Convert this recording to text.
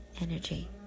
energy